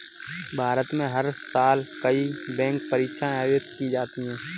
भारत में हर साल कई बैंक परीक्षाएं आयोजित की जाती हैं